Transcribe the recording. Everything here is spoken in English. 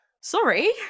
sorry